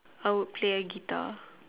I would play a guitar